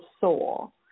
soul